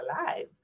alive